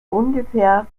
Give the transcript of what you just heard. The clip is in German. ungefähr